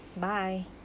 Bye